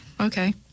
Okay